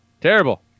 Terrible